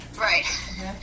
Right